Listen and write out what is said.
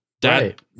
dad